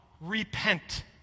Repent